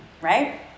right